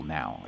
now